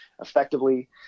effectively